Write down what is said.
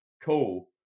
cool